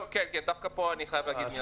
כן, ודווקא פה אני חייב להגיד מילה טובה.